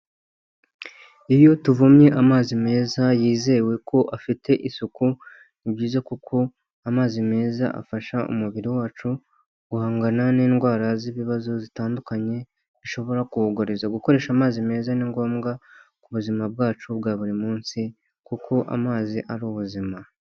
Iyo tuvomye amazi meza yizewe ko afite isuku ni byiza kuko amazi meza afasha umubiri wacu guhangana n'indwara z'ibibazo zitandukanye bishobora kuwugariza, gukoresha amazi meza ni ngombwa ku buzima bwacu bwa buri munsi kuko amazi ari ubuzima.